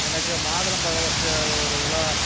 எனக்கு மாதுளம்பழம் ஒரு சி ஒரு கிலோ